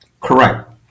Correct